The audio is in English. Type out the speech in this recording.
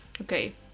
okay